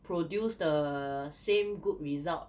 produce the same good result